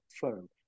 firm